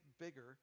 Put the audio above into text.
bigger